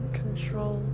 control